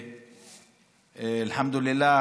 אלחמדולילה,